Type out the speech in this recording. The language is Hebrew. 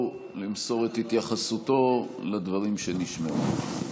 למסור את התייחסותו לדברים שנשמעו.